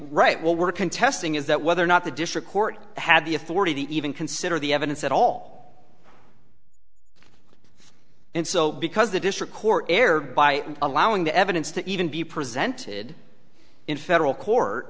right well we're contesting is that whether or not the district court had the authority to even consider the evidence at all and so because the district court erred by allowing the evidence to even be presented in federal court